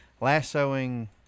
lassoing